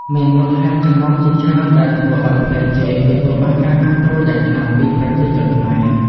មានមូលហេតុចម្បងជាច្រើនដែលធ្វើឱ្យផ្លែចេកទទួលបានការគាំទ្រយ៉ាងខ្លាំងពីប្រជាជនខ្មែរ។